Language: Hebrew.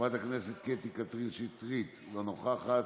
חברת הכנסת קטי קטרין שטרית, אינה נוכחת,